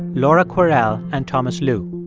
laura kwerel and thomas lu.